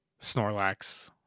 Snorlax